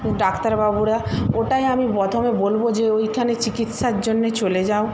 ডাক্তারবাবুরা ওটাই আমি প্রথমে বলবো যে ওইখানে চিকিৎসার জন্যে চলে যাও